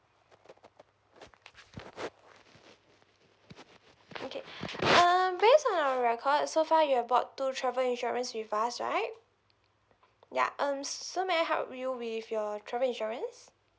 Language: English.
okay uh based on our record so far you have two bought two travel insurance with us right yup um so may I help you with your travel insurance